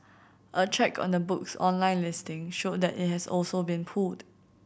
a check on the book's online listing showed that it has also been pulled